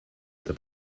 это